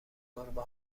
گربه